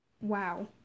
Wow